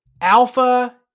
Alpha